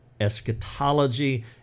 eschatology